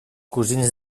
cosins